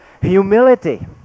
Humility